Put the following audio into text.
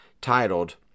titled